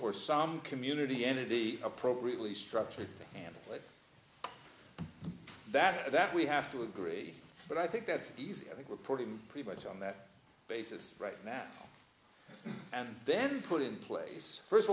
or some community entity appropriately structured and like that that we have to agree but i think that's easy i think we're putting pretty much on that basis right now and then put in place first of